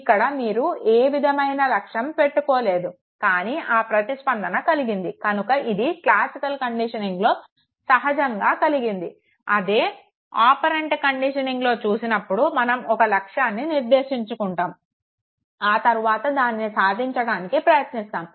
ఇక్కడ మీరు ఏ విధమైన లక్ష్యం పెట్టుకోలేదు కానీ ఆ ప్రతిస్పందన కలిగింది కనుక ఇది క్లాసికల్ కండిషనింగ్లో సహజంగా కలిగింది అదే ఆపరెంట్ కండిషనింగ్లో చూసినప్పుడు మనం ఒక లక్ష్యాన్ని నిర్దేశించుకుంటాము ఆ తరువాత దానిని సాధించడానికి ప్రయత్నిస్తాము